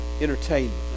entertainment